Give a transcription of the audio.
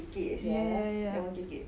ya ya ya